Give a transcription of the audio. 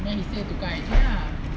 then he said tukar and join ah